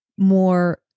more